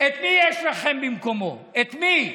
את מי יש לכם במקומו, את מי?